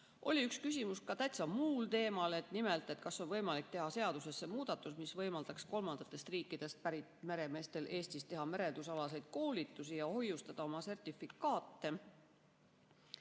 Oli üks küsimus ka täitsa muul teemal. Nimelt, kas on võimalik teha seadusesse muudatus, mis võimaldaks kolmandatest riikidest pärit meremeestel Eestis teha merendusalaseid koolitusi ja hoiustada oma sertifikaate?